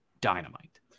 dynamite